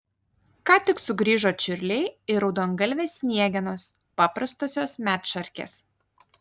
ką tik sugrįžo čiurliai ir raudongalvės sniegenos paprastosios medšarkės